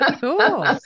Cool